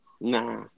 Nah